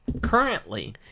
currently